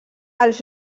als